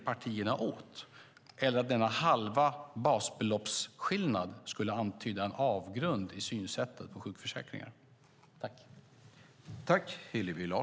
Jag anser inte heller att skillnaden på ett halvt basbelopp skulle betyda en avgrund i synsättet på sjukförsäkringar.